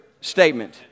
statement